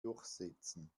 durchsetzen